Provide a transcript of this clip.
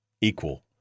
equal